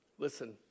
Listen